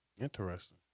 Interesting